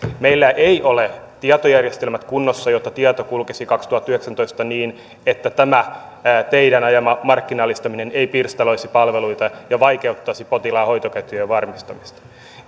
meillä ei ole tietojärjestelmät kunnossa jotta tieto kulkisi kaksituhattayhdeksäntoista niin että tämä teidän ajamanne markkinallistaminen ei pirstaloisi palveluita ja vaikeuttaisi potilaan hoitoketjujen varmistamista